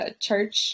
church